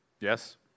Yes